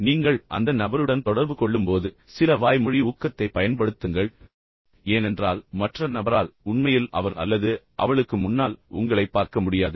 நீங்கள் அந்த நபருடன் தொடர்பு கொள்ளும்போது சில வாய்மொழி ஊக்கத்தைப் பயன்படுத்துங்கள் ஏனென்றால் மற்ற நபரால் உண்மையில் அவர் அல்லது அவளுக்கு முன்னால் உங்களைப் பார்க்க முடியாது